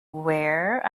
where